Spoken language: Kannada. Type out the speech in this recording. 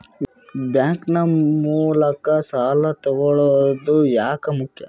ಬ್ಯಾಂಕ್ ನ ಮೂಲಕ ಸಾಲ ತಗೊಳ್ಳೋದು ಯಾಕ ಮುಖ್ಯ?